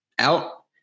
Out